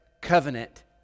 covenant